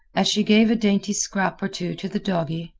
as she gave a dainty scrap or two to the doggie,